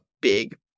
big